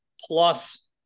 plus